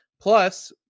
Plus